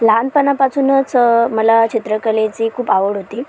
लहानपणापासूनच मला चित्रकलेची खूप आवड होती